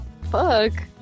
fuck